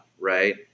right